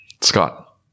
Scott